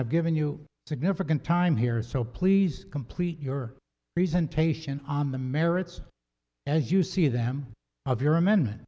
i've given you significant time here so please complete your reason taishan on the merits as you see them of your amendment